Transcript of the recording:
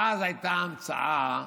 ואז הייתה המצאה